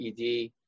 ED